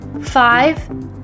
Five